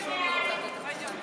חוק איסור הפליה במוצרים,